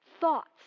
Thoughts